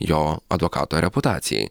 jo advokato reputacijai